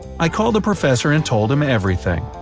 i called the professor and told him everything.